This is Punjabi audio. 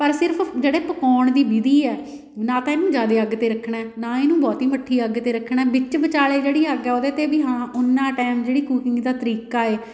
ਪਰ ਸਿਰਫ਼ ਜਿਹੜੇ ਪਕਾਉਣ ਦੀ ਵਿਧੀ ਆ ਨਾ ਤਾਂ ਇਹਨੂੰ ਜ਼ਿਆਦੇ ਅੱਗ 'ਤੇ ਰੱਖਣਾ ਨਾ ਇਹਨੂੰ ਬਹੁਤੀ ਮੱਠੀ ਅੱਗ 'ਤੇ ਰੱਖਣਾ ਵਿੱਚ ਵਿਚਾਲੇ ਜਿਹੜੀ ਅੱਗ ਹੈ ਉਹਦੇ 'ਤੇ ਵੀ ਹਾਂ ਓਨਾ ਟਾਇਮ ਜਿਹੜੀ ਕੂਕਿੰਗ ਦਾ ਤਰੀਕਾ ਹੈ